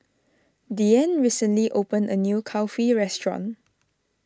Deeann recently opened a new Kulfi restaurant